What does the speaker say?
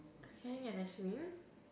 hang and then swing